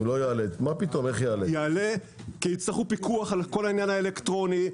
כי יצטרכו פיקוח על העניין האלקטרוני.